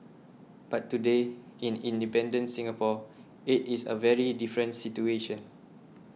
but today in independent Singapore it is a very different situation